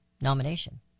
nomination